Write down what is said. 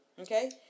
Okay